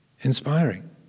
inspiring